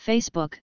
Facebook